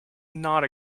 not